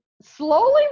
slowly